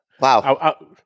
Wow